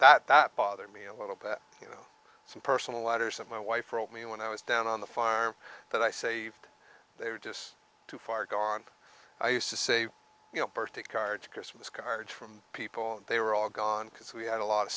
that that bothered me a little bit you know some personal letters of my wife wrote me when i was down on the farm but i say they were just too far gone i used to say you know birthday cards christmas cards from people and they were all gone because we had a lot of